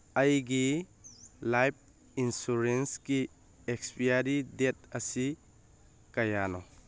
ꯑꯩꯒꯤ ꯂꯥꯏꯞ ꯏꯟꯁꯨꯔꯦꯟꯁꯀꯤ expiry date ꯑꯁꯤ ꯀꯌꯥꯅꯣ